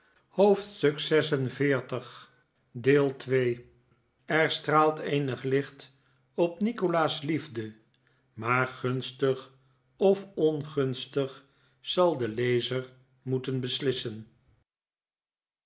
hoofdstuk xlvi er straalt eenig licht op nikolaas liefde maar gunstig of ongunstig zal de lezer moeten beslissen